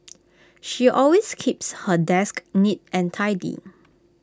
she always keeps her desk neat and tidy